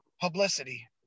publicity